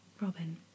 Robin